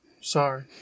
sorry